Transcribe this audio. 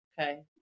okay